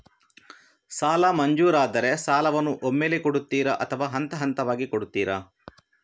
ಸಾಲ ಮಂಜೂರಾದರೆ ಸಾಲವನ್ನು ಒಮ್ಮೆಲೇ ಕೊಡುತ್ತೀರಾ ಅಥವಾ ಹಂತಹಂತವಾಗಿ ಕೊಡುತ್ತೀರಾ?